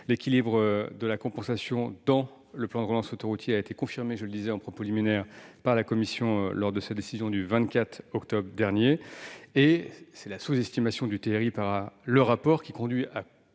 L'équilibre de la compensation dans le plan de relance autoroutier a été confirmé, je le soulignais dans mon propos liminaire, par la commission lors de sa décision du 24 octobre dernier. C'est la sous-estimation du taux de rentabilité